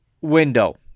window